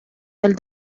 del